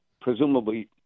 presumably